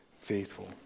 faithful